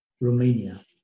Romania